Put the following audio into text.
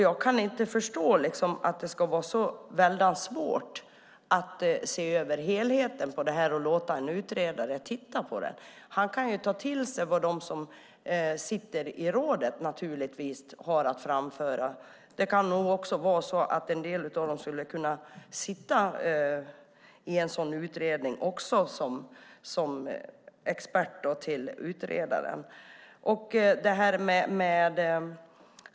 Jag kan inte förstå att det ska vara så väldigt svårt att låta en utredare titta på helheten och ta till sig det som de som sitter i rådet har att framföra. En del av dem skulle kunna sitta i en sådan utredning som experter vid sidan av utredaren.